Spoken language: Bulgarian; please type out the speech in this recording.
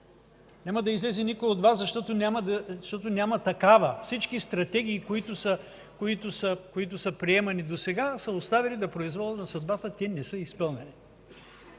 няма да излезе, защото няма такава! Всички стратегии, които са приемани досега, са оставени на произвола на съдбата и не са изпълнени.